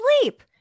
sleep